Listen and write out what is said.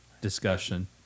discussion